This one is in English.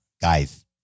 guys